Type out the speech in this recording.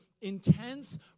intense